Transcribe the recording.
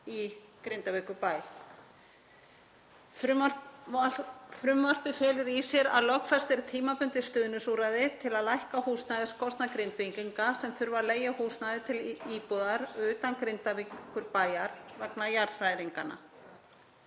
í Grindavíkurbæ. Frumvarpið felur í sér að lögfest er tímabundið stuðningsúrræði til að lækka húsnæðiskostnað Grindvíkinga sem þurfa að leigja húsnæði til íbúðar utan Grindavíkurbæjar vegna jarðhræringanna.